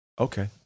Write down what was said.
Okay